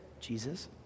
Jesus